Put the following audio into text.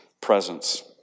presence